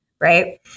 right